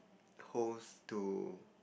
holes to